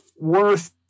worth